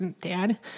Dad